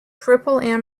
triple